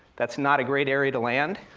that's not a great area to land,